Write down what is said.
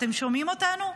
אתם שומעים אותנו?